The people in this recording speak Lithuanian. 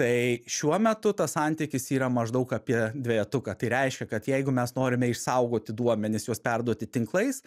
tai šiuo metu tas santykis yra maždaug apie dvejetuką tai reiškia kad jeigu mes norime išsaugoti duomenis juos perduoti tinklais